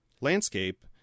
landscape